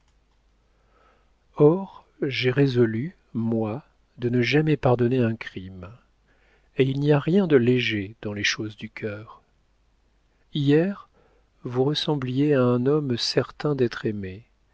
j'ai résolu moi de ne jamais pardonner un crime et il n'y a rien de léger dans les choses du cœur hier vous ressembliez à un homme certain d'être aimé